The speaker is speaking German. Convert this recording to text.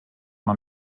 man